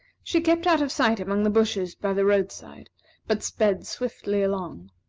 she kept out of sight among the bushes by the roadside but sped swiftly along.